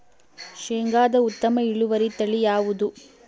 ಶೇಂಗಾದ ಉತ್ತಮ ಇಳುವರಿ ತಳಿ ಯಾವುದು?